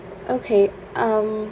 okay um